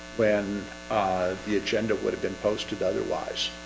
when the agenda would have been posted otherwise,